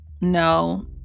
No